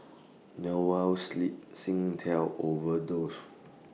Noa Sleep Singtel Overdose